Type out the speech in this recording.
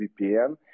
VPN